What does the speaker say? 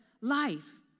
life